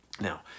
Now